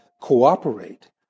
cooperate